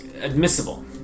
admissible